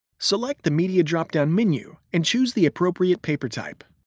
select the media drop-down menu and choose the appropriate paper type.